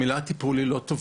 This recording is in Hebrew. המילה "טיפול", היא לא טובה.